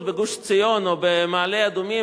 בהתיישבות בגוש-עציון או במעלה-אדומים,